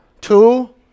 Two